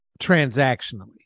Transactionally